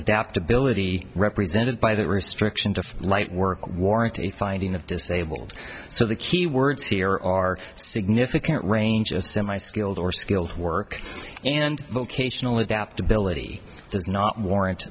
adaptability represented by that restriction to light work warrant a finding of disabled so the key words here are significant range of semi skilled or skilled work and vocational adaptability does not warrant